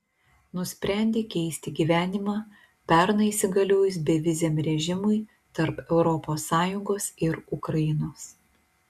nusprendė keisti gyvenimą pernai įsigaliojus beviziam režimui tarp europos sąjungos ir ukrainos